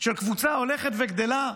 של קבוצה הולכת וגדלה.